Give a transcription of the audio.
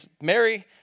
Mary